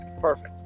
perfect